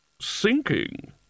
Sinking